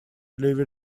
liver